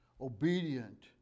obedient